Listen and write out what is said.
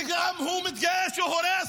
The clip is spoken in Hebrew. שגם הוא מתגאה שהוא הורס,